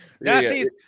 Nazis